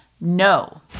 No